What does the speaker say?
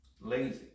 lazy